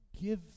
give